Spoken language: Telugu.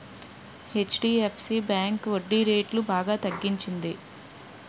హెచ్.డి.ఎఫ్.సి బ్యాంకు వడ్డీరేట్లు బాగా తగ్గించింది